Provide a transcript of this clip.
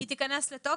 התקנות.